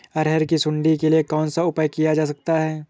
अरहर की सुंडी के लिए कौन सा उपाय किया जा सकता है?